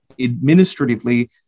administratively